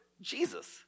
Jesus